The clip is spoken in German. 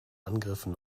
angriffen